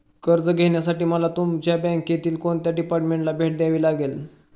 कर्ज घेण्यासाठी मला तुमच्या बँकेतील कोणत्या डिपार्टमेंटला भेट द्यावी लागेल?